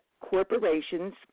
corporations